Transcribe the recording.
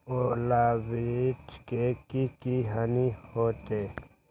ओलावृष्टि से की की हानि होतै?